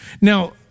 Now